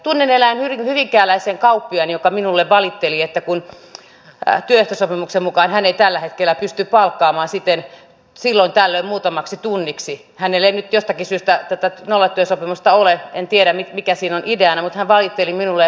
tunnen erään hyvinkääläisen kauppiaan joka minulle valitteli ja sanoi että kun työehtosopimuksen mukaan hän ei tällä hetkellä pysty palkkaamaan silloin tällöin muutamaksi tunniksi hänellä ei nyt jostakin syystä tätä nollatyösopimusta ole en tiedä mikä siinä on ideana niin hän tekee sitten itse ne iltatyövuorot